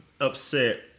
upset